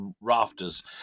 rafters